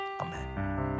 amen